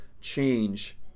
change